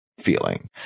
feeling